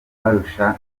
barusha